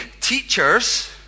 teachers